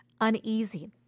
uneasy